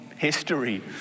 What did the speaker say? history